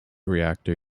reactor